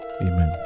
Amen